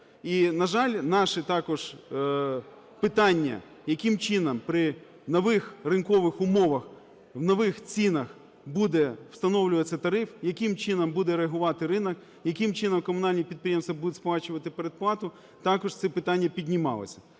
І на жаль, наші також питання, яким чином при нових ринкових умовах в нових цінах буде встановлюватися тариф, яким чином буде реагувати ринок, яким чином комунальні підприємства будуть сплачувати передплату, також ці питання піднімалися.